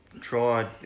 Tried